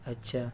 اچھا